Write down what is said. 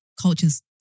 cultures